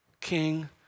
king